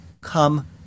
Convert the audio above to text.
come